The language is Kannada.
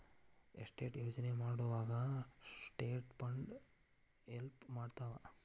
ಎಸ್ಟೇಟ್ ಯೋಜನೆ ಮಾಡೊವಾಗ ಟ್ರಸ್ಟ್ ಫಂಡ್ ಹೆಲ್ಪ್ ಮಾಡ್ತವಾ